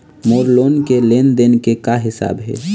मोर loan के लेन देन के का हिसाब हे?